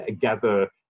gather